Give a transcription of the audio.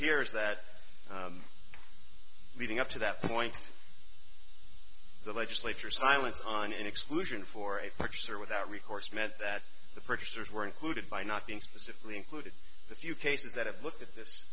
peers that leading up to that point the legislature silence on an exclusion for a lecture without recourse meant that the producers were included by not being specifically included the few cases that have looked at this